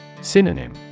Synonym